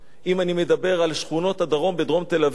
אם אני מדבר על שכונות הדרום בדרום תל-אביב,